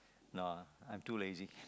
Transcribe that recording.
no I'm too lazy